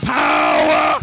power